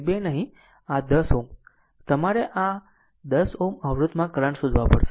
આ 1 થી 2 નહીં આ 10 Ω તમારે આ 10 Ω અવરોધમાં કરંટ શોધવા પડશે